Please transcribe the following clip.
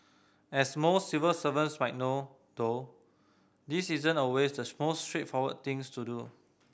as most civil servants might know though this isn't always the most straightforward of things to do